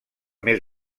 més